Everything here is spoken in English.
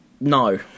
No